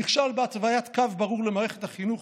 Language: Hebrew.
נכשל בהתוויית קו ברור למערכת החינוך,